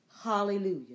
Hallelujah